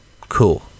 Cool